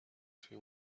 توی